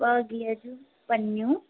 ॿ गिह जूं पनियूं